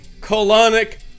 colonic